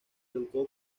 educó